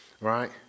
right